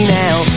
now